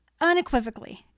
Unequivocally